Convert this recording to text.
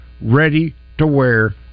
ready-to-wear